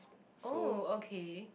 oh okay